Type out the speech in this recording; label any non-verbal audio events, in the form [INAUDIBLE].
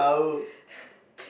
[BREATH]